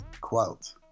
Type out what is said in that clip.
quote